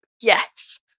Yes